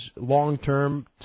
long-term